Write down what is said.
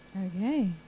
Okay